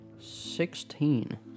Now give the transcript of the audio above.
Sixteen